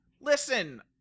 listen